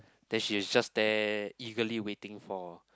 then she is just there eagerly waiting for